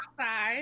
outside